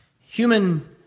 Human